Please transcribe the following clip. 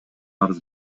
арыз